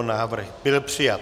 Návrh byl přijat.